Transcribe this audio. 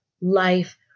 life